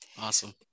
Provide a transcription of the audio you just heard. Awesome